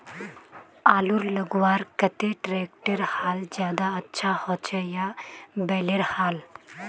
आलूर लगवार केते ट्रैक्टरेर हाल ज्यादा अच्छा होचे या बैलेर हाल?